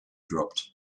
dropped